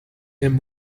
him